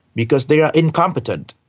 because they are incompetent,